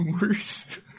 worse